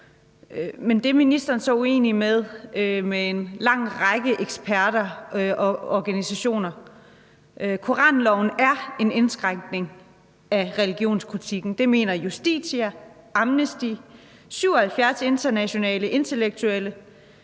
Det er ministeren så uenig med en lang række eksperter og organisationer i. Koranloven er en indskrænkning af religionskritikken. Det mener Justitia, Amnesty, 77 internationale intellektuelle,